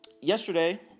yesterday